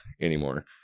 anymore